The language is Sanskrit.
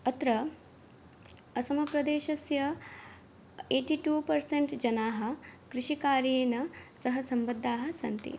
अत्र असमप्रदेशस्य एय्टि टु पर्सेण्ट् जनाः कृषिकार्येण सह सम्बद्धाः सन्ति